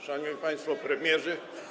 Szanowni Państwo Premierzy!